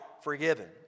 forgiven